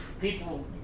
People